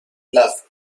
love